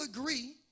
agree